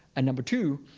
and number two,